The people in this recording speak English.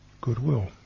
goodwill